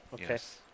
Yes